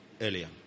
earlier